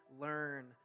Learn